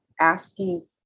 asking